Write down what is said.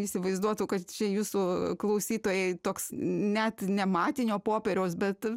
įsivaizduotų kad čia jūsų klausytojai toks net ne matinio popieriaus bet